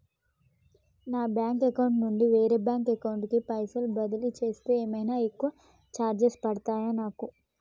నా bank account నుండి వేరే బ్యాంక్ అకౌంట్ కి పైసల్ బదిలీ చేస్తే ఏమైనా ఎక్కువ చార్జెస్ పడ్తయా నాకు?